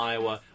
Iowa